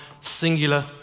singular